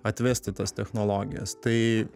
atvesti tas technologijas tai